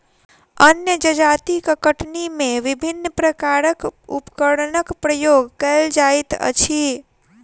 आन जजातिक कटनी मे विभिन्न प्रकारक उपकरणक प्रयोग कएल जाइत अछि